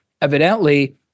evidently